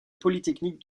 polytechnique